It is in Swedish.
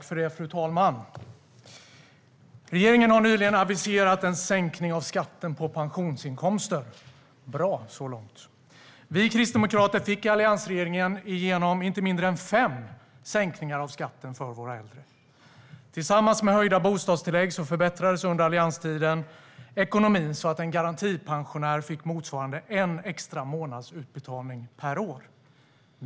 Fru talman! Regeringen har nyligen aviserat en sänkning av skatten på pensionsinkomsten. Det är bra så långt. Vi kristdemokrater fick i alliansregeringen igenom inte mindre än fem sänkningar av skatten för våra äldre. Tillsammans med höjda bostadstillägg förbättrades under allianstiden ekonomin så att en garantipensionär fick motsvarande en extra månads utbetalning per år.